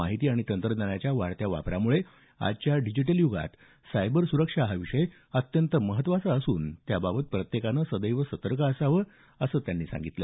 माहिती आणि तंत्रज्ञानाच्या वाढत्या वापरामुळे आजच्या डिजिटल युगात सायबर सुरक्षा हा विषय अत्यंत महत्त्वाचा असून त्याबाबत प्रत्येकानं सदैव सतर्क असावं असं त्यांनी नमूद केलं